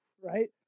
right